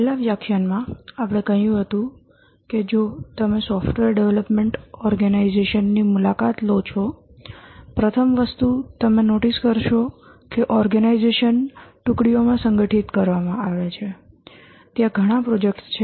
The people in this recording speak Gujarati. છેલ્લા વ્યાખ્યાનમાં આપણે કહ્યું હતું કે જો તમે સોફ્ટવેર ડેવલપમેન્ટ ઓર્ગેનાઇઝેશન ની મુલાકાત લો છો પ્રથમ વસ્તુ તમે નોટિસ કરશે કે ઓર્ગેનાઇઝેશન ટુકડીઓમાં સંગઠિત કરવામાં આવે છે ત્યાં ઘણા પ્રોજેક્ટ છે